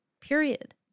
Period